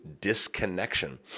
disconnection